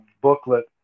booklet